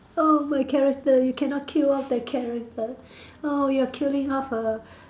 oh my character you cannot kill off that character oh you killing off a